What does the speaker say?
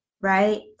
right